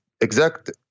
exact